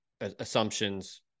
assumptions